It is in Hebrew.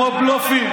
כמו בלופים.